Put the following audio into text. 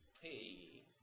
Hey